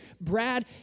Brad